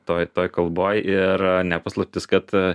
toj toj kalboj ir ne paslaptis kad